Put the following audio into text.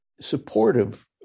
supportive